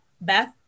Beth